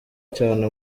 cyane